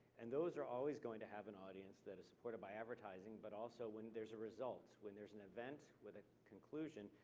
and those are always going to have an audience that is supported by advertising, but also when there's a result, when there's an event with a conclusion,